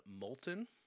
molten